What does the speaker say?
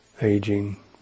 aging